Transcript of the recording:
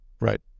Right